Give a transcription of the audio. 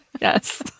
yes